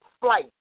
flight